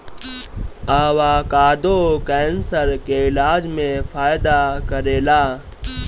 avocado cancer के इलाज में फायदा करेला